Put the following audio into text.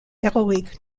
héroïque